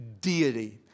deity